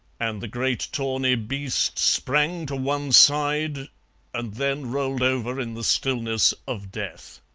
and the great tawny beast sprang to one side and then rolled over in the stillness of death.